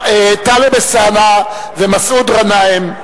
טלב אלסאנע ומסעוד גנאים,